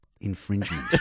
infringement